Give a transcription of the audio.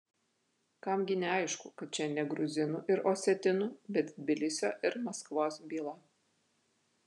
kam gi neaišku kad čia ne gruzinų ir osetinų bet tbilisio ir maskvos byla